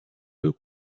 deux